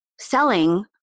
selling